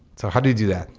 so how do you do that?